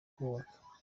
kubaka